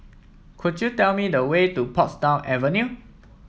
could you tell me the way to Portsdown Avenue